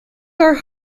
our